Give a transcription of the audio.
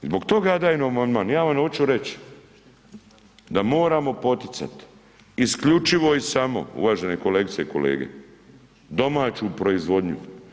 I zbog toga ja dajem amandman, ja vam oču reći da moramo poticati isključivo i samo uvaženi kolegice i kolege domaću proizvodnju.